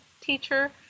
teacher